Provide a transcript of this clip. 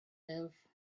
live